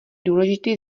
důležitý